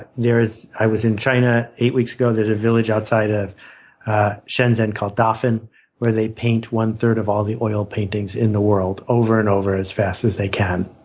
and i was in china eight weeks ago. there's a village outside of shenzhen called dafen where they paint one third of all the oil paintings in the world, over and over as fast as they can.